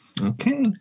Okay